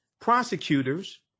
prosecutors